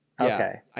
Okay